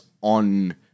on